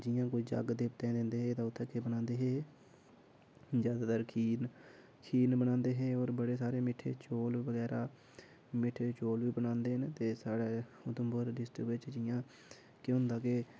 जि'यां कोई जग्ग देवते दिंदे हे उ'त्थें केह् बनादे हे जादैतर खीरन खीरन बनांदे हे होर बड़े सारे मिट्ठे चोल बगैरा मिट्ठे चोल बी बनांदे न ते साढ़े उधमपुर डिस्ट्रिक्ट बिच जि'यां केह् होंदा के